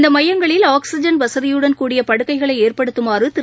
இந்த மையங்களில் ஆக்ஸிஜன் வசதியுடன் கூடிய படுக்கைகளை ஏற்படுத்தமாறு திரு